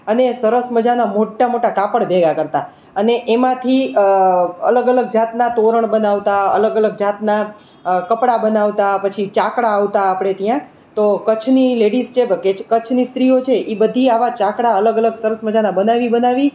અને સરસ મજાના મોટા મોટા કાપડ ભેગા કરતાં અને એમાંથી અલગ અલગ જાતના તોરણ બનાવતા અલગ અલગ જાતના કપળા બનાવતા પછી ચાકળા આવતા આપણે ત્યાં તો કચ્છની લેડિસ જે કચ્છની સ્ત્રીઓ છે એ બધી આવા ચાકળા અલગ અલગ સરસ મજાના બનાવી બનાવી